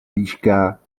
výška